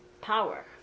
power